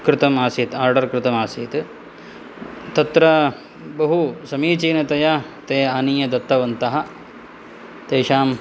कृतम् आसीत् आर्डर् कृतम् आसीत् तत्र बहुसमीचीनतया ते आनीय दत्तवन्तः तेषां